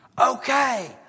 Okay